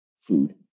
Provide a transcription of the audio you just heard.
food